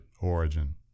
origin